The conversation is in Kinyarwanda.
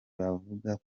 bavuga